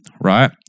right